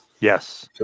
Yes